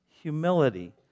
humility